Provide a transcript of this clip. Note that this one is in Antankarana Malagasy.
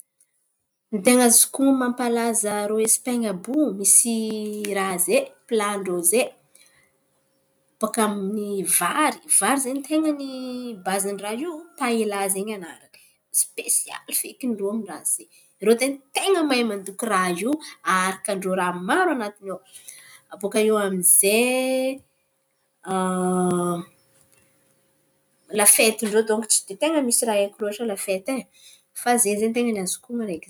Ny ten̈a azoko honon̈o mampalaza ireo Espan̈a àby io, misy raha ze plan-drô ze boaka amin’ny vary. Vary zen̈y ten̈a bazin’ny raha io. Paela zen̈y anarany. Spesialy fekiny raha ze. Irô zen̈y ten̈a mahay mandoky raha io. Aharakan-drô raha maro anatin̈y ao. Abaka iô amy zay la fetin-drô dônko tsy ten̈a misy haiko la fety ai. Fa ze zen̈y ten̈a ny azoko honon̈o araiky ze.